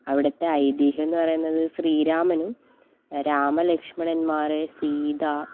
അവിടുത്തെ ഐതീഹ്യം എന്നു പറയുന്നത് ശ്രീരാമനും രാമലക്ഷ്മണന്മാർ സീത